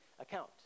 account